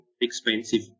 expensive